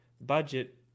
budget